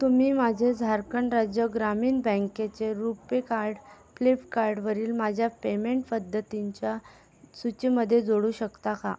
तुम्ही माझे झारखंड राज्य ग्रामीण बँकेचे रुपे कार्ड फ्लिपकार्डवरील माझ्या पेमेंट पद्धतींच्या सूचीमध्ये जोडू शकता का